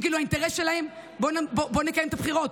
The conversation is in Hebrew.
שהאינטרס שלהם: בואו נקיים את הבחירות,